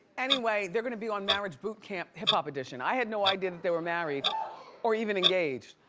anyway, they're gonna be on marriage boot camp, hip-hop edition. i had no idea that they were married or even engaged.